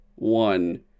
one